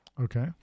Okay